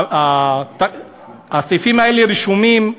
הסעיפים האלה רשומים,